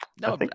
no